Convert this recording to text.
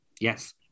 Yes